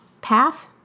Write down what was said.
path